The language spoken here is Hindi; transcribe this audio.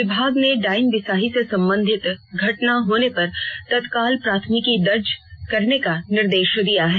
विभाग ने डायन बिसाही से संबंधित घटना होने पर तत्काल प्राथमिकी दर्ज करने का निर्देश दिया है